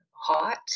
hot